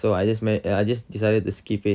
so I just I just decided to skip it